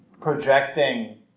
projecting